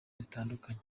zitandukanye